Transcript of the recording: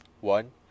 one